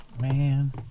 man